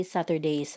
Saturday